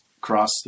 cross